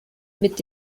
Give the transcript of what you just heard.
mit